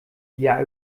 jahr